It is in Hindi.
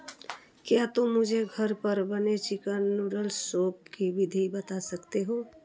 क्या तुम मुझे घर पर बने चिकन नूडल सूप की विधि बता सकते हो